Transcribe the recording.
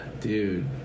dude